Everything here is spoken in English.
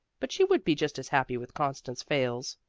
but she would be just as happy with constance fayles.